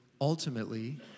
ultimately